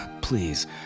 Please